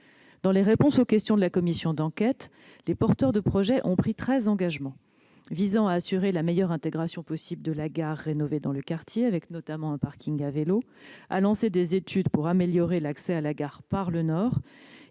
Dans les réponses aux questions de la commission d'enquête, les porteurs de projet ont pris 13 engagements visant à assurer la meilleure intégration possible de la gare rénovée dans le quartier, avec notamment la création d'un important parking à vélos, le lancement d'études pour améliorer l'accès à la gare par le nord et la prise en